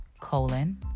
colon